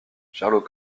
sherlock